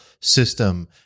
system